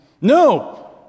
No